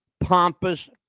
pompous